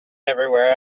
everywhere